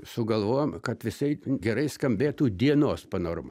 sugalvojom kad visai gerai skambėtų dienos panorama